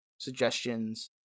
suggestions